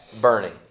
burning